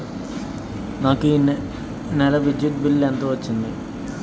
నాకు ఈ నెల విద్యుత్ బిల్లు ఎంత వచ్చింది?